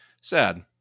Sad